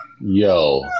Yo